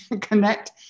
connect